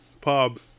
pub